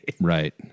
right